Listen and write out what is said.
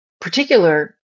particular